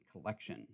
Collection